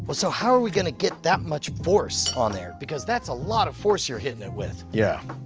but so how are we going to get that much force on there, because that's a lot of force you're hitting it with. yeah.